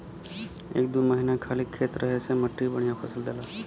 एक दू महीना खाली खेत रहे से मट्टी बढ़िया फसल देला